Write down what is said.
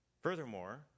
Furthermore